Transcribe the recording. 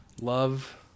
Love